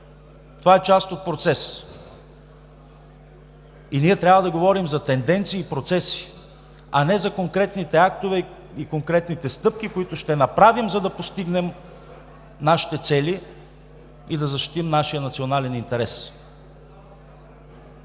Това е част от процес и ние трябва да говорим за тенденции и процеси, а не за конкретните актове и конкретните стъпки, които ще направим, за да постигнем нашите цели и да защитим нашия национален интерес.